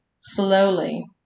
slowly